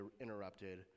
interrupted